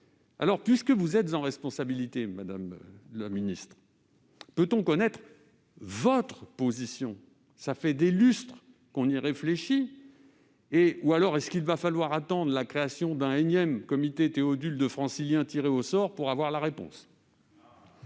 local. Puisque vous êtes en responsabilité, madame la ministre, peut-on connaître votre position ? Voilà des lustres que l'on réfléchit à ces questions ... Faudra-t-il attendre la création d'un énième comité Théodule de Franciliens tirés au sort pour avoir la réponse ?